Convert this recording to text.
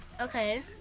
okay